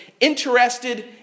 interested